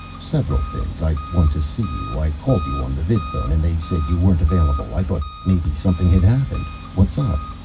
several things. i wanted to see you. i called you on the vidphone and they said you weren't available. i thought maybe something had happened. what's up?